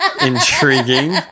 Intriguing